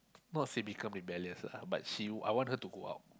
not say become rebellious lah but she I want her to go out